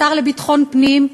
השר לביטחון פנים,